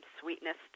sweetness